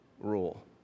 rule